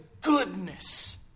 goodness